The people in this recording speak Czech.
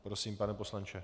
Prosím, pane poslanče.